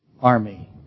army